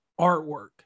artwork